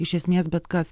iš esmės bet kas